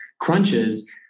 crunches